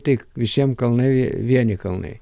tik visiem kalnai vieni kalnai